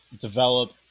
develop